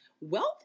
wealth